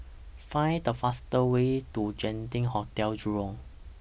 Find The fastest Way to Genting Hotel Jurong